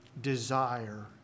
desire